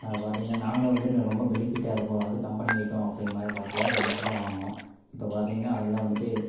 அதை பார்த்தீங்கன்னா நாங்களும் வந்துட்டு ரொம்ப பெனிஃபிட்டாக இருக்கும் அதுவும் கம்பெனி ஐட்டோம் அப்படிங்கிற மாதிரி பார்த்து தான் நெனச்சி தான் வாங்கினோம் இப்போ பார்த்தீங்கன்னா அதெல்லாம் வந்துட்டு